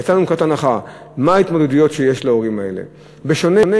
יצאנו מנקודת הנחה: מהי ההתמודדויות שיש להורים האלה.